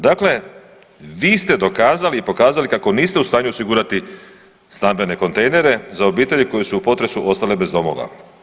Dakle, vi ste dokazali i pokazali kako niste u stanju osigurati stambene kontejnere za obitelji koje su u potresu ostale bez domova.